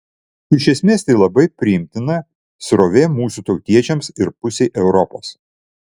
iš esmės tai labai priimtina srovė mūsų tautiečiams ir pusei europos